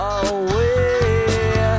away